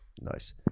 Nice